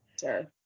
Sure